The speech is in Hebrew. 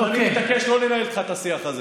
אבל אני מתעקש שלא לנהל איתך את השיח הזה.